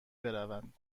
برود